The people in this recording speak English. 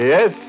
Yes